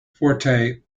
forte